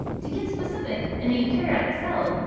to get specific, in a eukaryotic cell,